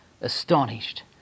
astonished